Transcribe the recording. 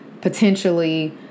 potentially